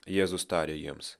jėzus tarė jiems